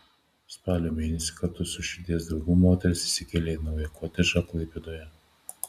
spalio mėnesį kartu su širdies draugu moteris įsikėlė į naują kotedžą klaipėdoje